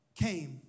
came